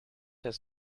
his